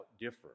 differ